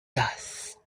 dust